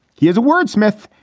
he is a wordsmith.